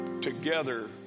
together